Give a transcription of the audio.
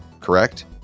correct